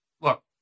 Look